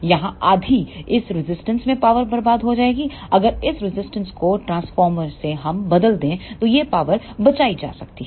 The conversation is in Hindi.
यहां आधी इस रेजिस्टेंस में पावर बर्बाद हो जाएगी अगर इस रेजिस्टेंस को ट्रांसफार्मर से हम बदल दें तो यह पावर बचाई जा सकती है